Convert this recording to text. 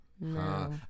no